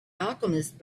alchemist